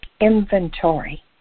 inventory